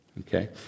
Okay